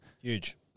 Huge